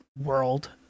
world